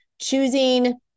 choosing